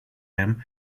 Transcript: him